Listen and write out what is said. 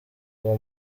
uwo